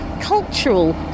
cultural